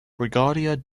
brigadier